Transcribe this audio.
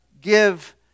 give